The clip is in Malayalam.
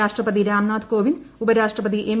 രാഷ്ട്രപതി രാംനാഥ് കോവിന്ദ് ഉപരാഷ്ട്രപതി എം